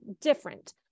different